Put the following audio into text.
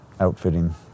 outfitting